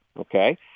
okay